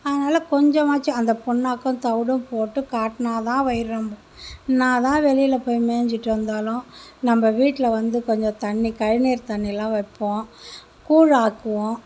அதனால் கொஞ்சமாச்சும் அந்த பிண்ணாக்கும் தவிடும் போட்டு காட்டினா தான் வயிறு ரொம்பும் என்ன தான் வெளியில் மேஞ்சிவிட்டு வந்தாலும் நம்ப வீட்டில் வந்து கொஞ்சம் தண்ணி கழிநீர் தண்ணிலாம் வைப்போம் கூழ் ஆக்குவோம்